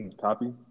copy